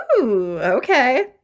okay